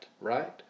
right